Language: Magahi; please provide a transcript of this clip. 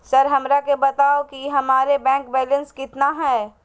सर हमरा के बताओ कि हमारे बैंक बैलेंस कितना है?